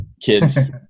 kids